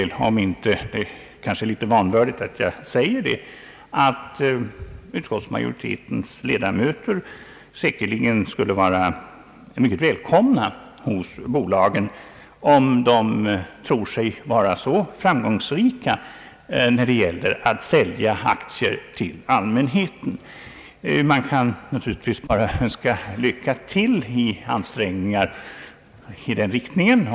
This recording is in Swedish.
Litet vanvördigt skulle jag vilja påstå att utskottsmajoritetens ledamöter säkerligen skulle vara mycket välkomna hos bolagen om de tror sig vara så framgångsrika när det gäller att sälja aktier till allmänheten. Man kan naturligtvis bara önska lycka till när det gäller försök i den riktningen.